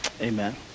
amen